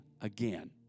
again